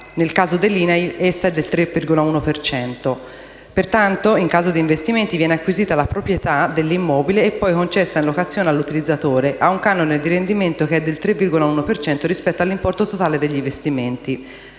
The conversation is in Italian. nel caso dell'INAIL essa è del 3,1 per cento. Pertanto, in caso di investimenti, viene acquisita la proprietà dell'immobile e poi concessa in locazione all'utilizzatore, a un canone di rendimento che è del 3,1 per cento rispetto all'importo totale degli investimenti.